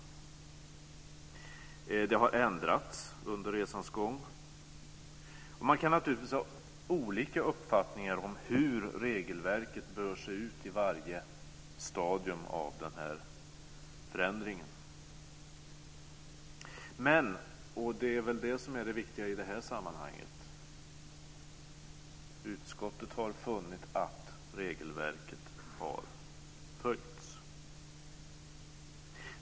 Det har också ändrats under resans gång. Man kan naturligtvis ha olika uppfattningar om hur regelverket bör se ut i varje stadium av förändring. Men, och det är det viktiga i det här sammanhanget, utskottet har funnit att regelverket har följts.